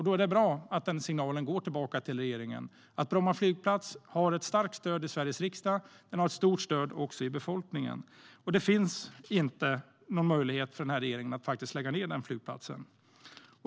Då är det bra att signalen går tillbaka till regeringen att Bromma flygplats har ett starkt stöd i Sveriges riksdag och befolkningen. Det finns ingen möjlighet för regeringen att lägga ned flygplatsen.